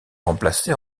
remplacé